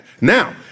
Now